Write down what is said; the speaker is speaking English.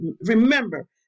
remember